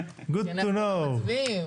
טוב לדעת.